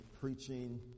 preaching